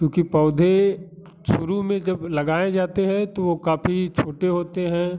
क्यूँकि पौधे शुरू में जब लगाए जाते हैं तो वो काफ़ी छोटे होते हैं